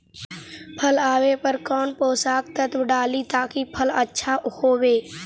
फल आबे पर कौन पोषक तत्ब डाली ताकि फल आछा होबे?